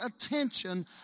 attention